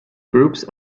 groups